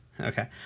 Okay